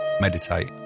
meditate